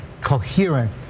coherent